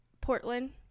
Portland